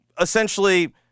essentially